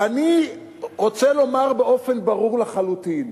אני רוצה לומר באופן ברור לחלוטין: